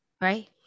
right